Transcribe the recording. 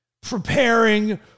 preparing